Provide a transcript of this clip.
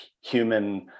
human